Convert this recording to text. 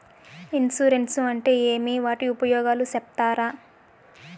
Insurance అంటే ఏమి? వాటి ఉపయోగాలు సెప్తారా?